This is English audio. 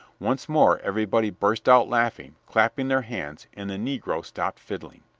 once more everybody burst out laughing, clapping their hands, and the negro stopped fiddling.